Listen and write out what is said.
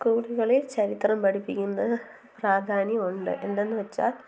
സ്കൂളുകളിൽ ചരിത്രം പഠിപ്പിക്കുന്നത് പ്രാധാന്യം ഉണ്ട് എന്തെന്ന് വച്ചാൽ